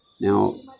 Now